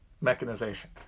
mechanization